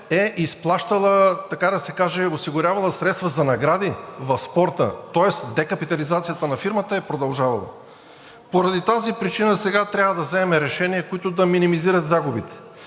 е изплащала, така да се каже, осигурявала средства за награди в спорта. Тоест декапитализацията на фирмата е продължавала. Поради тази причина сега трябва да вземем решения, които да минимизират загубите.